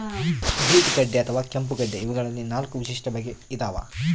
beet ಗಡ್ಡೆ ಅಥವಾ ಕೆಂಪುಗಡ್ಡೆ ಇವಗಳಲ್ಲಿ ನಾಲ್ಕು ವಿಶಿಷ್ಟ ಬಗೆ ಇದಾವ